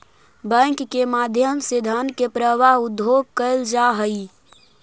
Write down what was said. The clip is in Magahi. बैंक के माध्यम से धन के प्रवाह उद्योग तक कैल जा हइ